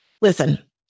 Listen